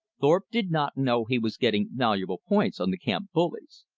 thorpe did not know he was getting valuable points on the camp bullies.